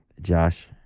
Josh